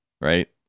right